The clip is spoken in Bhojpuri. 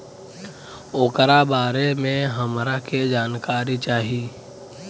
ओकरा बारे मे हमरा के जानकारी चाही?